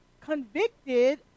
Convicted